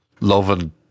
Loving